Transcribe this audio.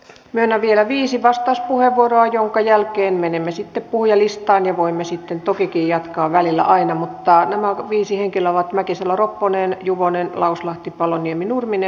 myönnän vielä viisi vastauspuheenvuoroa jonka jälkeen menemme sitten puhujalistaan ja voimme sitten tokikin jatkaa välillä aina mutta nämä viisi henkilöä ovat mäkisalo ropponen juvonen lauslahti paloniemi nurminen